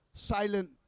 Silent